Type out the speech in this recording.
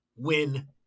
win